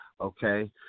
Okay